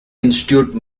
institute